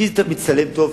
כי זה מצטלם טוב,